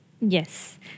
Yes